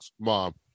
Mom